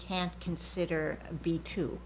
can consider be to